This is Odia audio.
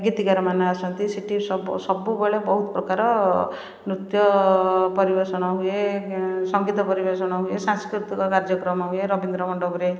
ଗୀତିକାର ମାନେ ଆସନ୍ତି ସେଠି ସବୁ ସବୁବେଳେ ବହୁତ ପ୍ରକାର ନୃତ୍ୟ ପରିବେଷଣ ହୁଏ ସଙ୍ଗୀତ ପରିବେଷଣ ହୁଏ ସାଂସ୍କୃତିକ କାର୍ଯ୍ୟକ୍ରମ ହୁଏ ରବୀନ୍ଦ୍ର ମଣ୍ଡପରେ